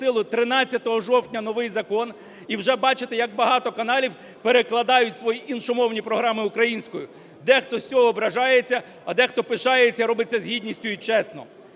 13 жовтня новий закон і вже бачите, як багато каналів перекладають свої іншомовні програми українською. Дехто з цього ображається, а дехто пишається і робить це з гідністю і чесно.